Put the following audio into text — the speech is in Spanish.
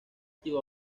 tío